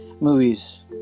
movies